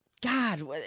God